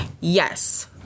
Yes